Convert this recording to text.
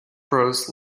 crows